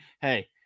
hey